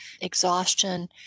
exhaustion